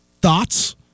thoughts